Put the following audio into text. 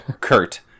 Kurt